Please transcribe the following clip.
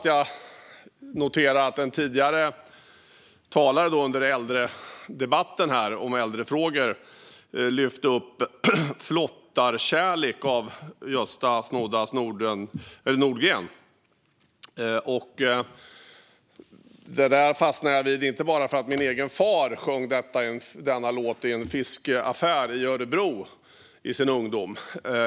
Jag noterade att en talare under debatten om äldrefrågor lyfte fram Flottarkärlek av Gösta "Snoddas" Nordgren. Det fastnade jag vid, inte bara för att min egen far sjöng denna låt i en fiskaffär i Örebro i sin ungdom.